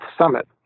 Summit